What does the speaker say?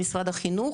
במשרד החינוך,